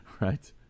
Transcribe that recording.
right